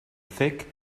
thick